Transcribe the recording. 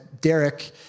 Derek